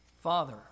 Father